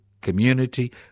community